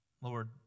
Lord